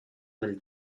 del